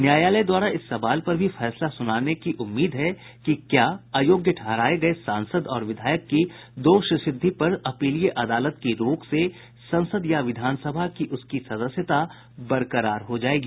न्यायालय द्वारा इस सवाल पर भी फैसला सुनाने की उम्मीद है कि क्या अयोग्य ठहराए गए सांसद और विधायक की दोषसिद्धि पर अपीलीय अदालत की रोक से संसद या विधानसभा की उसकी सदस्यता बरकरार हो जाएगी